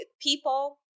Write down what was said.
people